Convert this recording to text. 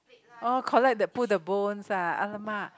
oh collect the put the bones ah alamak